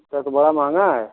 تب تو بڑا مہنگا ہے